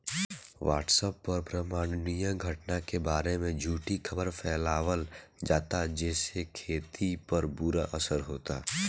WhatsApp पर ब्रह्माण्डीय घटना के बारे में झूठी खबर फैलावल जाता जेसे खेती पर बुरा असर होता